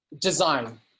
design